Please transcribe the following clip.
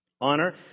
Honor